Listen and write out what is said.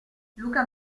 luca